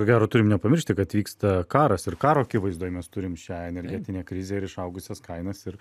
ko gero turim nepamiršti kad vyksta karas ir karo akivaizdoj mes turim šią energetinę krizę ir išaugusias kainas ir